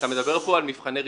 אתה מדבר פה על מבחני רישוי.